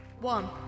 one